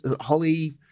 Holly